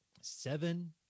seven